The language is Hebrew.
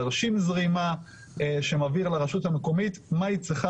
תרשים זרימה שמבהיר לרשות המקומית מה היא צריכה